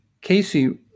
Casey